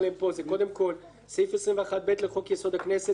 זה קודם כל סעיף 21ב לחוק יסוד: הכנסת זה לעניין